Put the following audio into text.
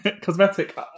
Cosmetic